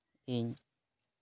ᱤᱧ